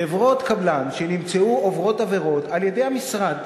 חברות קבלן שנמצאו עוברות עבירות, על-ידי המשרד,